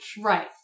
Right